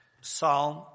Psalm